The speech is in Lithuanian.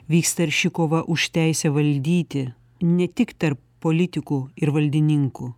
vyksta arši kova už teisę valdyti ne tik tarp politikų ir valdininkų